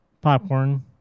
popcorn